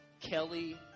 Kelly